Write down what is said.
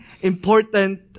important